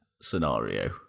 scenario